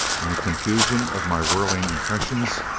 in the confusion of my whirling impressions,